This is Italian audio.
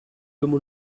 come